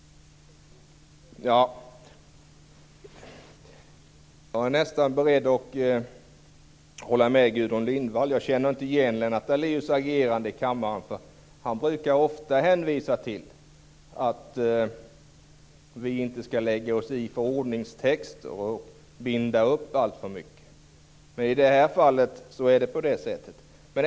Jag är nästan beredd att hålla med Gudrun Lindvall. Jag känner inte igen Lennart Daléus agerande i kammaren. Han brukar ofta hänvisa till att vi inte skall lägga oss i förordningstexter och binda upp alltför mycket. Men i det här fallet gör han det.